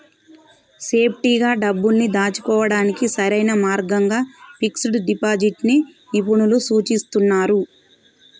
సేఫ్టీగా డబ్బుల్ని దాచుకోడానికి సరైన మార్గంగా ఫిక్స్డ్ డిపాజిట్ ని నిపుణులు సూచిస్తున్నరు